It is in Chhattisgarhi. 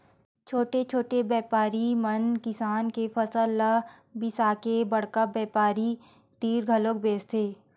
छोटे छोटे बेपारी मन किसान के फसल ल बिसाके बड़का बेपारी तीर घलोक बेचथे